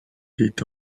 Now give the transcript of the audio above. dit